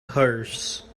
hers